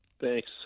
thanks